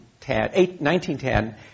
1910